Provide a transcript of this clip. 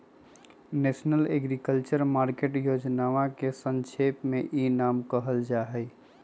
national agriculture market योजनवा के संक्षेप में ई नाम कहल जाहई